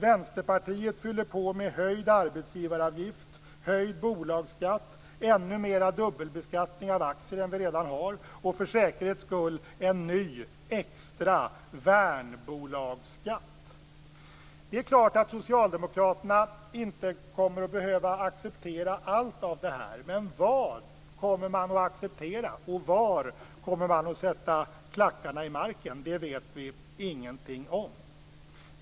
Vänsterpartiet fyller på med höjd arbetsgivaravgift, höjd bolagsskatt, ännu mer dubbelbeskattning av aktier än vi redan har och för säkerhets skulle också en ny extra värnbolagsskatt. Det är klart att socialdemokraterna inte kommer att behöva acceptera allt av detta. Men vad kommer man att acceptera och var kommer man att sätta klackarna i marken? Det vet vi ingenting om.